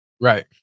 Right